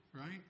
right